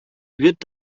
wird